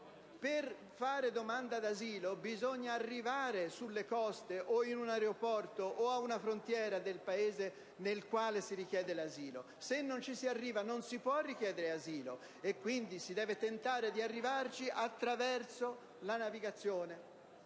per fare domanda d'asilo, bisogna arrivare sulle coste, o in un aeroporto o ad una frontiera del Paese nel quale si richiede l'asilo, ma se non ci si arriva, non si può richiedere asilo; si deve quindi tentare di arrivarci attraverso la navigazione: